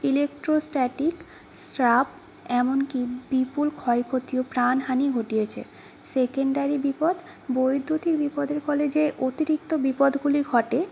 electrostatic strap এমনকি বিপুল ক্ষয়ক্ষতি ও প্রাণহানি ঘটিয়েছে সেকেন্ডারি বিপদ বৈদ্যুতিক বিপদের ফলে যে অতিরিক্ত বিপদগুলি ঘটে